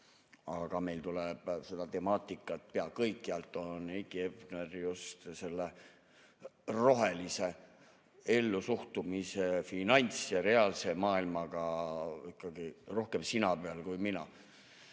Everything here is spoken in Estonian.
aga meil tuleb seda temaatikat pea kõikjalt ja Heiki Hepner on just selle rohelise ellusuhtumise finants‑ ja reaalse maailmaga ikkagi rohkem sina peal kui mina.